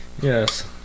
Yes